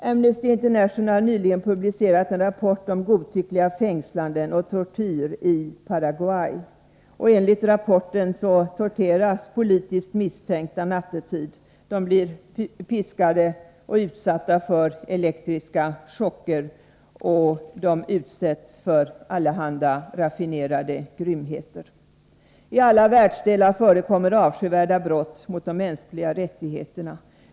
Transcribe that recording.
Amnesty International har nyligen publicerat en rapport om godtyckliga fängslanden och tortyr i Paraguay. Enligt rapporten torteras politiskt misstänkta nattetid. De blir piskade och utsatta för elektriska chocker. Över huvud taget utsätts de för allehanda raffinerade grymheter. Talla världsdelar förekommer avskyvärda brott mot de mänskliga rättigheterna.